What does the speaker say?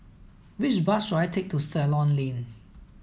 which bus should I take to Ceylon Lane